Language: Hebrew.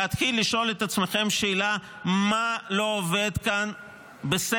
להתחיל לשאול את עצמכם את השאלה מה לא עובד כאן בסדר,